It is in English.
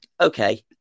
okay